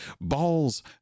Balls